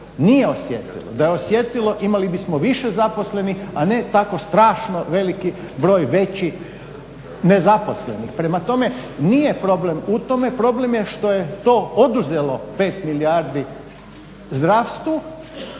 nije osjetilo. Da je osjetilo imali bismo više zaposlenih a ne tako strašno veliki broj većih nezaposlenih. Prema tome, nije problem u tome, problem je što je to oduzelo 5 milijardi zdravstvu,